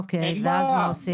אוקיי, ואז מה עושים?